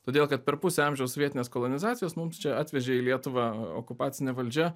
todėl kad per pusę amžiaus sovietinės kolonizacijos mums čia atvežė į lietuvą okupacinė valdžia